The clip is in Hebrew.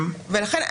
ולכן,